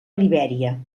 libèria